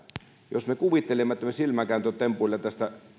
jos me kuvittelemme että me silmänkääntötempuilla tästä